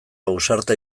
ausarta